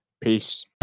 Peace